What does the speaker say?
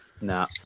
Nah